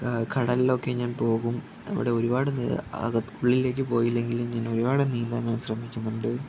കടലിലൊക്കെ ഞാൻ പോകും അവിടെ ഒരുപാട് ഉള്ളിലേക്ക് പോയില്ലെങ്കിലും ഞാൻ ഒരുപാട് നീന്താൻ ഞാൻ ശ്രമിക്കുന്നുണ്ട്